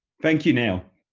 thank you neil.